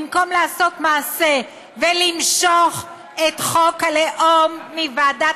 במקום לעשות מעשה ולמשוך את חוק הלאום מוועדת